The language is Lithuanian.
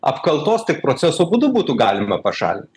apkaltos tik proceso būdu būtų galima pašalint